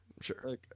sure